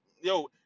yo